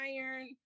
iron